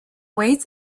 weight